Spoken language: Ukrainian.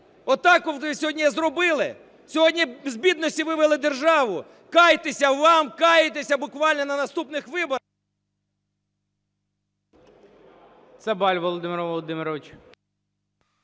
так ви сьогодні зробили? Сьогодні з бідності вивели державу? Кайтеся! Вам каятися буквально на наступних виборах...